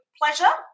pleasure